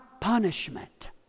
punishment